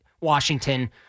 Washington